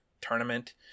tournament